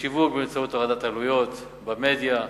בשיווק, באמצעות הורדת עלויות, במדיה.